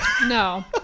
No